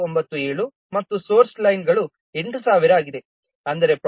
0997 ಮತ್ತು ಸೋರ್ಸ್ ಲೈನ್ಗಳು 8000 ಆಗಿದೆ